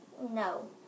No